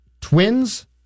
Twins